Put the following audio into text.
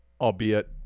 albeit